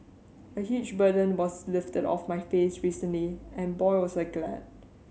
a huge burden was lifted off my face recently and boy was I glad